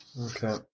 Okay